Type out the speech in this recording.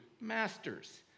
masters